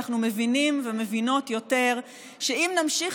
אנחנו מבינים ומבינות יותר שאם נמשיך